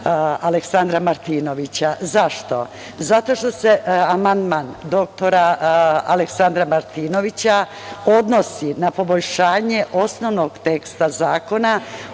Aleksandra Martinovića.Zašto? Zato što se amandman dr Aleksandra Martinovića odnosi na poboljšanje osnovnog teksta zakona